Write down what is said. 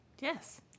Yes